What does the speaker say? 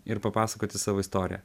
ir papasakoti savo istoriją